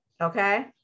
Okay